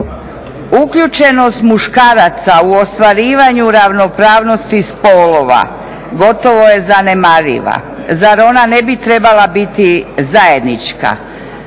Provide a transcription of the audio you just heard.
Uključenost muškaraca u ostvarivanju ravnopravnosti spolova gotovo je zanemariva. Zar ona ne bi trebala biti zajednička?